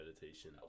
meditation